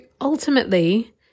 ultimately